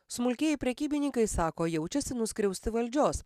smulkieji prekybininkai sako jaučiasi nuskriausti valdžios